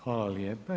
Hvala lijepa.